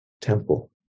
temple